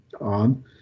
on